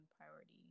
priority